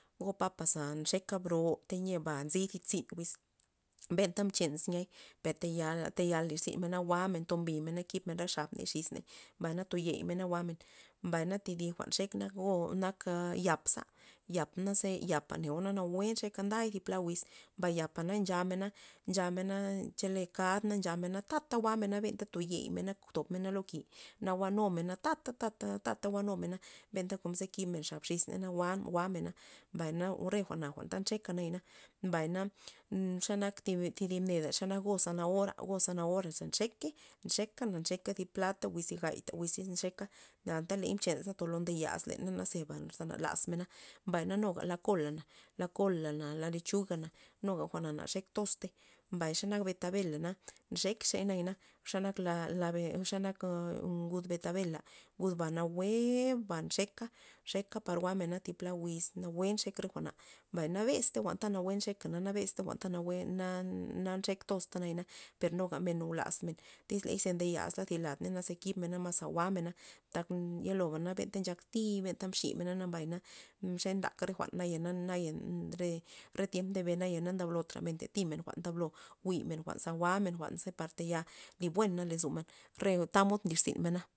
Go papa ze nxeka bro teyia ba nzi tzi'n wiz, mbenta mchez niay per ta yala per talay lirzynmena jwa'mena tombimena kibney re xab xis ney, mbay na to yeimena jwa'men, mbay na thi dib jwa'n nxek nak go nak yap za yap mnaze yapa neo nawue nxeka nday pla wiz mbay yapa na nchamena- nchamena chele kad na nchamena tata jwa'mena benta toyeimena tob mena lo ki na jwa'numena ta'ta benta kon ze kibmen xap xis ney na jwa'mena mbay na re jwa'na nxekana, mbay na xe nak thi dib ned nak go zanahora go zanahora za nxekey nxeka na nxeka thi pla wiz tapta gay wiz nxeka anta ley ze lo ndo yaz leney ze na la lazmena mbay nuga la kola, la kola la lechuga na nuga jwa'na na xek toztey mbay xe nak betabela nxek key xey na la- la xa nal la ngud beta bela ngud ba nawueba nxeka nxeka par jwa'men par thy pla wiz nawue nxeka re jwa'na mbay na besta jwa'n nawue nxeka por ke nabesta jwa'n nawue ta na nxek toztana per nugamen lazmen tyz ley nda yazley ladney na ze kibna maz a jwa'mena tak ye loba anta jwa'mena nata tymena mbenta mximena mbay xe ntak re jwa'na nayana re tiemp ndebe naya re nre tiemp ndebe na ndablota ta timen re jwa'n ndablo jwi'men za jwa'men jwa'n ze par tayal li buena lozomen re tamod nly zynmena.